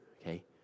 okay